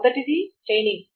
మొదటిది చైనింగ్